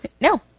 No